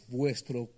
vuestro